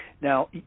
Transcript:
Now